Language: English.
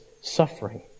suffering